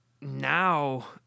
now